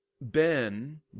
Ben